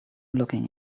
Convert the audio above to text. looking